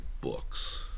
books